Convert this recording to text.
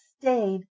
stayed